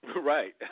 Right